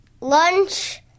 lunch